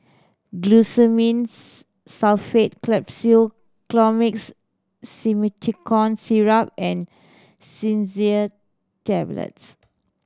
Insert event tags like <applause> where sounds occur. Glucosamine's Sulfate Capsule Colimix Simethicone Syrup and <unintelligible> Tablets